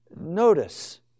Notice